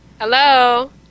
Hello